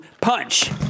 punch